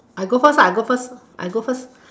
I go first I go first I go first